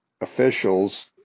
officials